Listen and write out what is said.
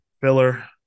filler